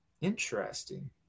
Interesting